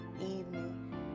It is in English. evening